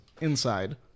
inside